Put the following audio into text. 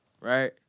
right